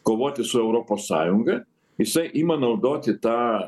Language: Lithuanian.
kovoti su europos sąjunga jisai ima naudoti tą